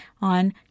on